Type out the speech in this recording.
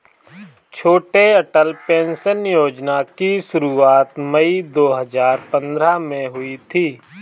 छोटू Atal pension Yojana की शुरुआत मई दो हज़ार पंद्रह में हुई थी